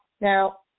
Now